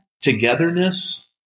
togetherness